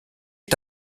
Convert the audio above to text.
est